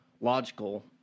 logical